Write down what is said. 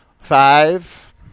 Five